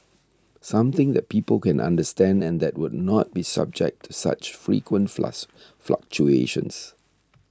something that people can understand and that would not be subject to such frequent fluctuations